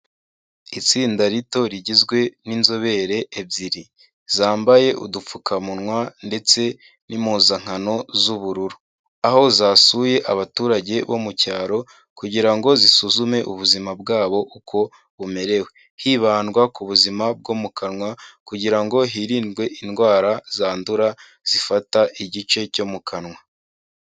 Itsinda rito rigizwe n'inzobere ebyiri. Zambaye udupfukamunwa ndetse n'impuzankano z'ubururu. Aho zasuye abaturage bo mu cyaro kugira ngo zisuzume ubuzima bwabo uko bumerewe. Hibandwa ku buzima bwo mu kanwa kugira ngo hirindwe indwara zandura zifata igice cyo mu kanwa.